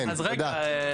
כן, תודה.